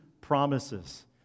promises